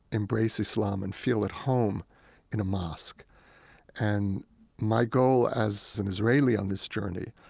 embrace islam and feel at home in a mosque and my goal, as an israeli on this journey,